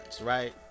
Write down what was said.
right